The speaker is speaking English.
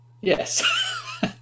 Yes